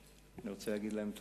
אני רוצה להגיד להם תודה,